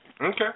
Okay